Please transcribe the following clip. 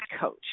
coach